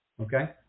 okay